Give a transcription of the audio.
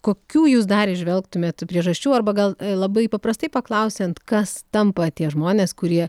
kokių jūs dar įžvelgtumėt priežasčių arba gal labai paprastai paklausiant kas tampa tie žmonės kurie